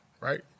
right